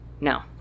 No